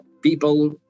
people